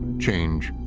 change,